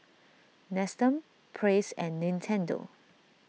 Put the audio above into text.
Nestum Praise and Nintendo